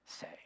say